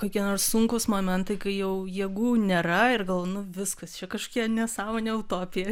kokie nors sunkūs momentai kai jau jėgų nėra ir gal nu viskas čia kažkokia nesąmonė utopija